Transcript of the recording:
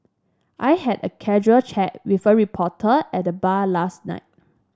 I had a casual chat with a reporter at the bar last night